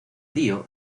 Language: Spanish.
dio